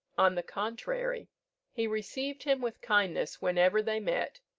on the contrary he received him with kindness whenever they met,